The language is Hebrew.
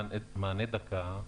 מענה דקה,